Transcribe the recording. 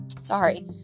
sorry